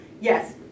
Yes